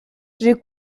j’ai